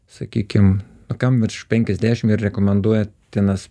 sakykim kam virš penkiasdešimt ir rekomenduotinas